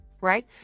Right